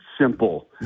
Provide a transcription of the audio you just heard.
simple